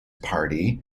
party